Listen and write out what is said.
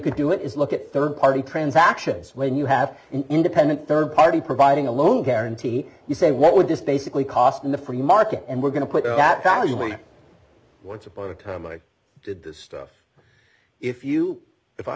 could do is look at third party transactions when you have an independent third party providing a loan guarantee you say what would this basically cost in the free market and we're going to put that value where once upon a time i did this stuff if you if i